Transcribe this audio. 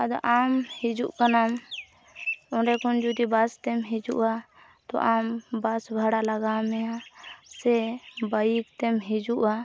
ᱟᱫᱚ ᱟᱢ ᱦᱤᱡᱩᱜ ᱠᱟᱱᱟᱢ ᱚᱸᱰᱮ ᱠᱷᱚᱱ ᱡᱩᱫᱤ ᱵᱟᱥᱛᱮᱢ ᱦᱤᱡᱩᱜᱼᱟ ᱛᱚ ᱟᱢ ᱵᱟᱥ ᱵᱷᱟᱲᱟ ᱞᱟᱜᱟᱣ ᱢᱮᱭᱟ ᱥᱮ ᱵᱟᱹᱭᱤᱠᱛᱮᱢ ᱦᱤᱡᱩᱜᱼᱟ